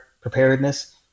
preparedness